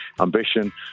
ambition